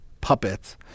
puppets